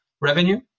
revenue